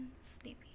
sleepy